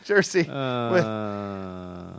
jersey